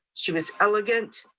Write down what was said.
she was elegant,